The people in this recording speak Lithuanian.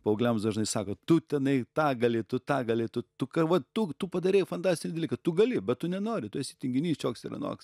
paaugliams dažnai sako tu tenai tą gali tu tą gali tu tu ką va tu tu padarei fantastinį dalyką tu gali bet tu nenori tu esi tinginys šioks ir anoks